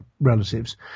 relatives